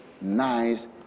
nice